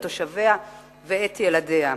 את תושביה ואת ילדיה.